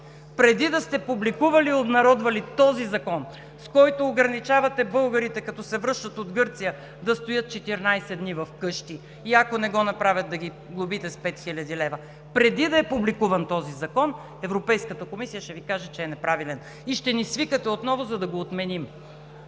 Преди да сте публикували и обнародвали този закон, с който ограничавате българите, които се връщат от Гърция, да стоят 14 дни вкъщи и ако не го направят да ги глобите с 5 хил. лв. преди да е публикуван този закон, Европейската комисия ще Ви каже, че е неправилен и ще ни свикате отново, за да го отменим.